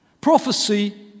Prophecy